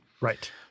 Right